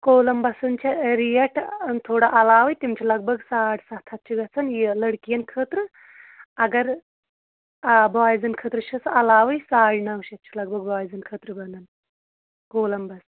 کولمبَسَن چھِ ریٹ تھوڑا علاوٕے تِم چھِ لگ بگ ساڑ سَتھ ہَتھ چھِ گژھان یہِ لٔڑکِین خٲطرٕ اگر آ بوایزَن خٲطرٕ چھِس علاوٕے سایہِ نَو شیٚتھ چھُ لگ بھگ بوایزن خٲطرٕ بَنان کولَمبَس